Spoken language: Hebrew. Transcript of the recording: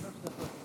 היושב-ראש,